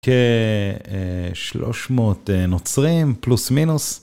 כ-300 נוצרים, פלוס מינוס.